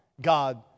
God